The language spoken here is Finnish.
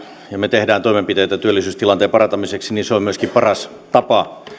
ja me teemme toimenpiteitä työllisyystilanteen parantamiseksi on myöskin paras tapa